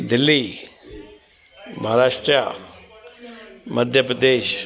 Delhi Maharashtra Madhya Pradesh